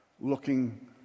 looking